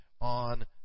on